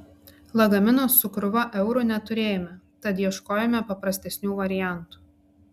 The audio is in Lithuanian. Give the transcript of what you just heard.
lagamino su krūva eurų neturėjome tad ieškojome paprastesnių variantų